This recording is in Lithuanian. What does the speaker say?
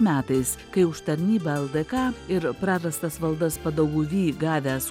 metais kai už tarnybą ldk ir prarastas valdas padauguvy gavęs